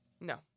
No